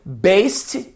based